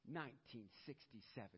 1967